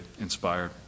inspired